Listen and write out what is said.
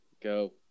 Go